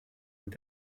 und